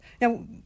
Now